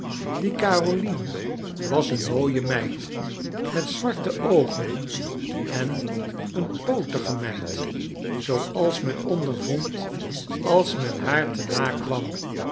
die carolien was eene mooie meid met zwarte oogen en eene pootige meid zooals men ondervond als men haar te na kwam